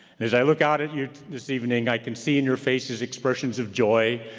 and as i look out at you this evening i can see in your faces expressions of joy,